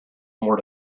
more